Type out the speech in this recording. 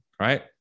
right